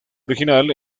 original